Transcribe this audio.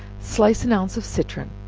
slice an ounce of citron,